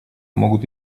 могут